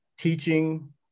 teaching